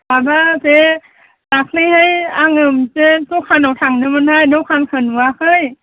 माबा बे दाखालैहाय आङो मोनसे दखानाव थांदोंमोनहाय दखानखौ नुवाखै